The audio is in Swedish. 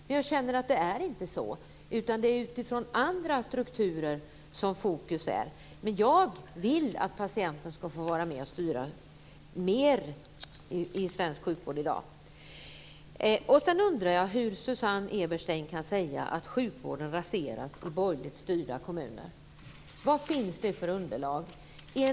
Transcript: Tyvärr känner jag att det inte är så, utan det är utifrån andra strukturer som det fokuseras. Jag vill att patienten ska få vara med och styra mer i svensk sjukvård i dag. Hur kan Susanne Eberstein säga att sjukvården raseras i borgerligt styrda kommuner? Vad finns det för underlag i det avseendet?